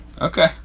Okay